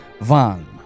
van